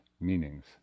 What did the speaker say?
meanings